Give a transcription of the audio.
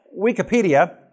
Wikipedia